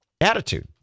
attitude